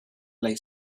lay